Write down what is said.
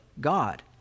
God